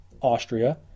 Austria